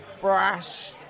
Brash